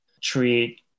treat